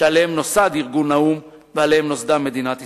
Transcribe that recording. שעליהם נוסד ארגון האו"ם ועליהם נוסדה מדינת ישראל.